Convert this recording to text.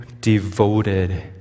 devoted